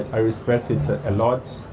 i respect it a lot.